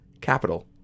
capital